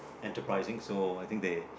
enterprising so I think they